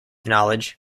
knowledge